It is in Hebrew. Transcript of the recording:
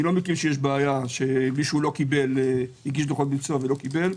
לא מכיר בעיה שמישהו הגיש דוחות ביצוע ולא קיבל.